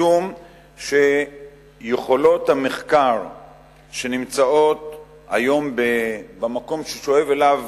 משום שיכולות המחקר שנמצאות היום במקום ששואב אליו